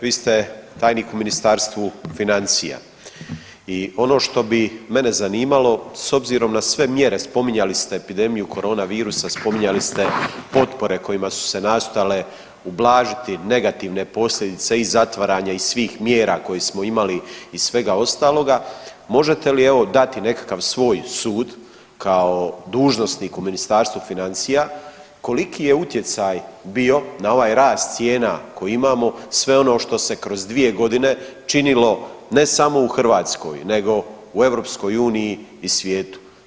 Vi ste tajnik u Ministarstvu financija i ono što bi mene zanimalo s obzirom na sve mjere spominjali ste epidemiju koronavirusa, spominjali ste potpore kojima su se nastojale ublažiti negativne posljedice i zatvaranja i svih mjera koje smo imali i svega ostaloga, možete li dati nekakav svoj sud kao dužnosnik u Ministarstvu financija, koliki je utjecaj bio na ovaj rast cijena koji imamo sve ono što se kroz dvije godine činilo ne samo u Hrvatskoj nego u EU i svijetu?